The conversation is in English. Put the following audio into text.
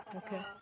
okay